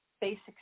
basic